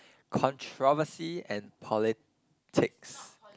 controversy and politics